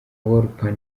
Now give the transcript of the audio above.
wolper